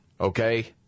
okay